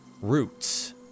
roots